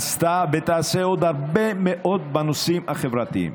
עשתה ותעשה עוד הרבה מאוד בנושאים החברתיים.